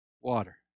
water